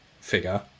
figure